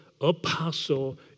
apostle